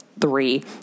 three